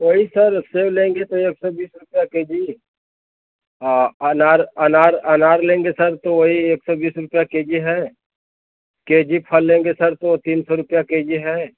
वही सर सेब लेंगे तो एक सौ बीस रूपया केजी और अनार अनार अनार लेंगे सर तो वही एक सौ बीस रुपया केजी है केजी फल लेंगे सर तो तीन सौ रुपया केजी है